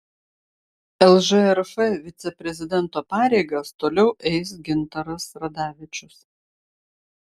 lžrf viceprezidento pareigas toliau eis gintaras radavičius